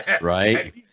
right